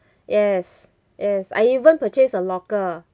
yes yes I even purchase a locker